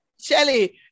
Shelly